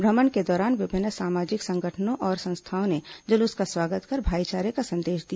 भ्रमण के दौरान विभिन्न सामाजिक संगठनों और संस्थाओं ने जुलूस का स्वागत कर भाईचारे का संदेश दिया